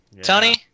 Tony